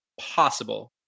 possible